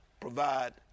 provide